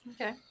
Okay